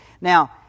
Now